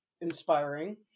inspiring